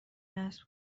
نصب